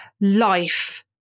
life